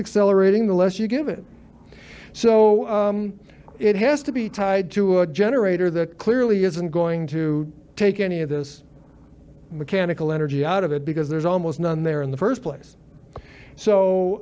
accelerating the less you give it so it has to be tied to a generator that clearly isn't going to take any of this mechanical energy out of it because there's almost none there in the first place so